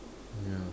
yeah